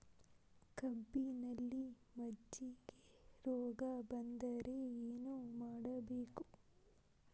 ಕಬ್ಬಿನಲ್ಲಿ ಮಜ್ಜಿಗೆ ರೋಗ ಬಂದರೆ ಏನು ಮಾಡಬೇಕು?